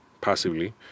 passively